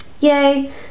Yay